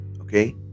Okay